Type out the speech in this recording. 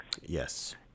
Yes